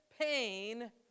pain